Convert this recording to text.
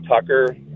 Tucker